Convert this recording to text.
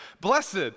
blessed